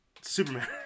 Superman